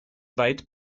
weit